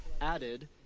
added